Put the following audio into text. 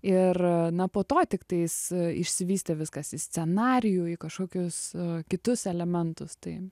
ir na po to tiktais išsivystė viskas į scenarijų į kažkokius kitus elementus tai